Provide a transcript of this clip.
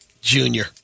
Junior